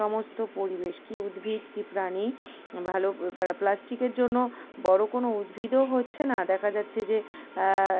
সমস্ত পরিবেশ কী উদ্ভিদ কী প্রাণী ভালো প্লাস্টিকের জন্য বড়ো কোনো উদ্ভিদও হচ্ছে না দেখা যাচ্ছে যে